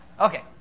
Okay